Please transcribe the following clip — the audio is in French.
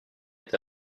est